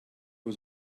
was